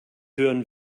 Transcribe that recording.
hören